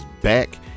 back